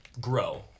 grow